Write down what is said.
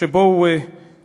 שבו הוא משרת,